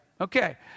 Okay